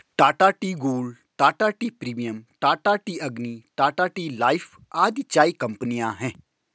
Tata tea gold, Tata tea premium, Tata tea Agni, Tata tea life आदि चाय कंपनियां है